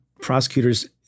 prosecutors